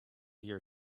your